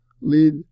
lead